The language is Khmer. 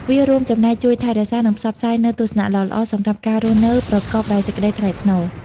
វារួមចំណែកជួយថែរក្សា និងផ្សព្វផ្សាយនូវទស្សនៈល្អៗសម្រាប់ការរស់នៅប្រកបដោយសេចក្តីថ្លៃថ្នូរ។